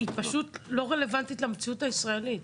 אבל היא פשוט לא רלוונטית למציאות הישראלית.